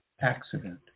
accident